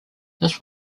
this